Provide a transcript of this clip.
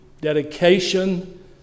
dedication